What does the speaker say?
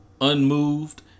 unmoved